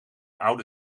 oude